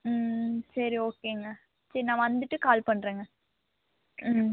ம் சரி ஓகேங்க சரி நான் வந்துட்டு கால் பண்ணுறேங்க ம்